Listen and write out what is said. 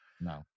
No